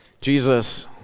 Jesus